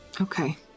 Okay